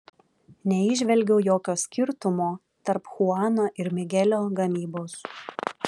neįžvelgiau jokio skirtumo tarp chuano ir migelio gamybos